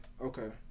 Okay